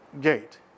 gate